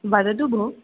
वदतु भो